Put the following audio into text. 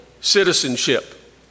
citizenship